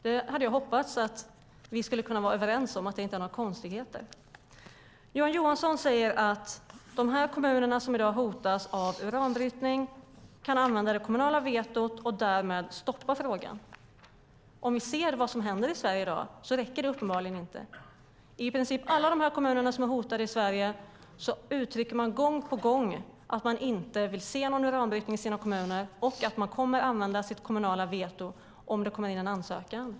Jag hade hoppats att vi skulle kunna vara överens om att det inte är några konstigheter. Johan Johansson säger att de kommuner som i dag hotas av uranbrytning kan använda det kommunala vetot och därmed stoppa frågan. Om vi ser på vad som händer i dag ser vi att det uppenbarligen inte räcker. I princip alla de kommuner som är hotade i dag uttrycker man gång på gång att man inte vill se någon uranbrytning i sina kommuner och att man kommer att använda sitt kommunala veto om det kommer in en ansökan.